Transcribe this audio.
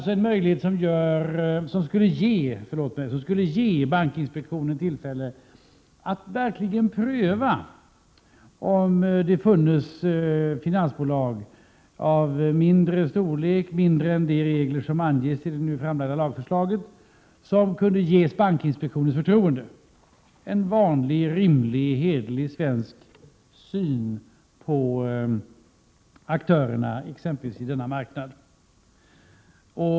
Detta skulle ge bankinspektionen tillfälle att verkligen pröva om det finns finansbolag av mindre storlek — mindre än enligt de regler som anges i det nu framlagda lagförslaget — som kunde ges bankinspektionens förtroende, en vanlig, rimlig, hederlig svensk syn på aktörerna, exempelvis på denna marknad.